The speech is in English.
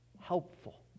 helpful